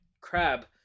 crab